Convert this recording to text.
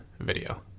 video